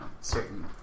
certain